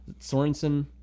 Sorensen